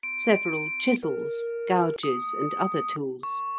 several chisels, gouges, and other tools.